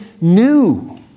new